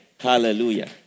Hallelujah